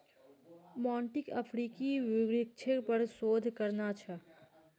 मोंटीक अफ्रीकी वृक्षेर पर शोध करना छ